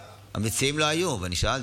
המציעים לא היו, אני שאלתי.